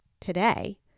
today